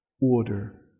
order